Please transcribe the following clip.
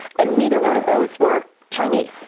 and neither one of those were chinese,